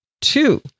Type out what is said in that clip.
two